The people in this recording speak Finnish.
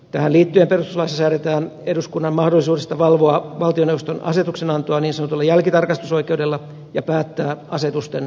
tähän liittyen perustuslaissa säädetään eduskunnan mahdollisuudesta valvoa valtioneuvoston asetuksenantoa niin sanotulla jälkitarkastusoikeudella ja päättää asetusten voimassaolosta